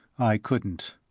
i couldn't.